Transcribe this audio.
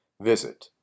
Visit